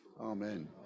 amen